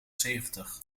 zeventig